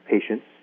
patients